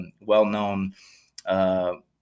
well-known